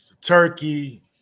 turkey